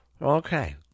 Okay